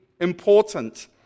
important